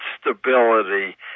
stability